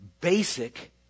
basic